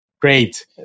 Great